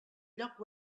lloc